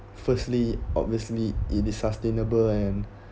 firstly obviously it is sustainable and